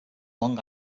long